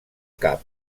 cap